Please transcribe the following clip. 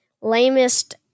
lamest